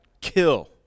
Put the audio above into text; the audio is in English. kill